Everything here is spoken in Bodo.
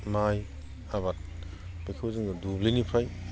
माइ आबाद बेखौ जोङो दुब्लिनिफ्राय